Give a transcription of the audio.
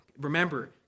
Remember